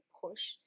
push